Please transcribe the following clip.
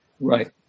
Right